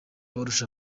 abarusha